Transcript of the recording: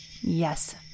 Yes